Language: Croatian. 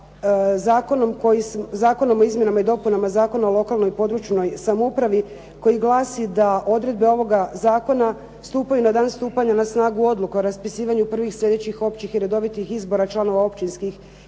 sa Zakonom o izmjenama i dopunama Zakona o lokalnoj i područnoj samoupravi koji glasi da odredbe ovoga zakona stupaju na dan stupanja na snagu odluke o raspisivanju prvih sljedećih općih i redovitih izbora članova općinskih